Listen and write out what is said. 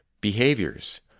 Behaviors